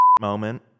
moment